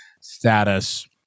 status